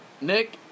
Nick